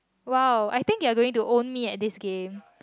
!wow! I think they are going to own me at this game